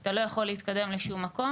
אתה לא יכול להתקדם לשום מקום,